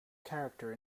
character